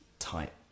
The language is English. Tight